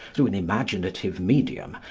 through an imaginative medium,